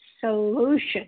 solution